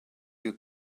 you